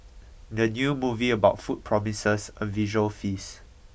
the new movie about food promises a visual feast